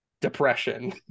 depression